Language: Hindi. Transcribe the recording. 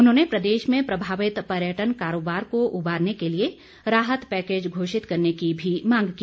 उन्होंने प्रदेश में प्रभावित पर्यटन कारोबार को उबारने के लिए राहत पैकेज घोषित करने की भी मांग की